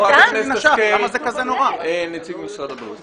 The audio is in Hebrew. שרן השכל, נציג משרד הבריאות,